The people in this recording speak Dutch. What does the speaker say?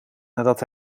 nadat